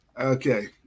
Okay